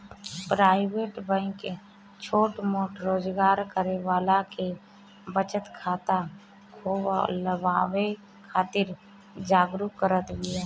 private bank छोट मोट रोजगार करे वाला के बचत खाता खोलवावे खातिर जागरुक करत बिया